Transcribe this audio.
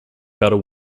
battle